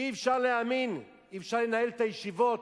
שאי-אפשר להאמין, אי-אפשר לנהל את הישיבות.